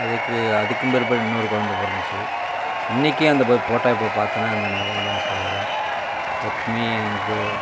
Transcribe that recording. அதுக்கு அதுக்கும் பிற்பாடு இன்னொரு கொழந்தை பிறந்துச்சு இன்னைக்கு அந்த போய் ஃபோட்டோ இப்போ பாத்தோனா அந்த ஞாபகம் தான் சார் வரும் எப்பயுமே எங்கள்